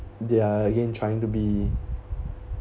they're again trying to be